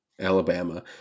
Alabama